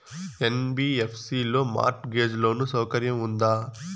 NBFC లో mortgage loan సౌకర్యం ఉందా?